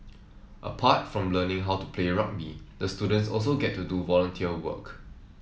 apart from learning how to play rugby the students also get to do volunteer work